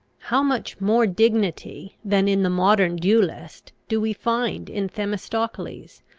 how much more dignity, than in the modern duellist, do we find in themistocles,